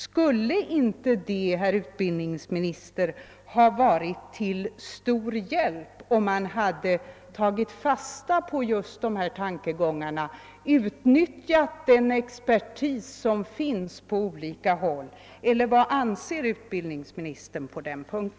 Skulle det inte, herr utbildningsminister, ha varit till stor hjälp om man hade tagit fasta på dessa tankegångar och utnyttjat den expertis som finns på olika håll? Vad anser utbildningsministern på denna punkt?